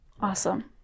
Awesome